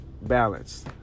balance